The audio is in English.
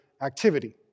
activity